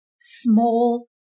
small